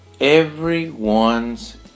everyone's